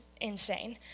insane